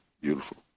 Beautiful